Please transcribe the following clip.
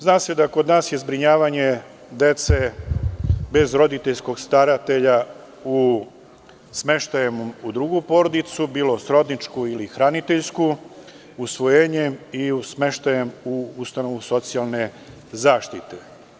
Zna se da je kod nas zbrinjavanje dece bez roditeljskog staratelja smeštajem u drugu porodicu, bilo srodničku ili hraniteljsku, usvojenjem ili smeštajem u ustanovu socijalne zaštite.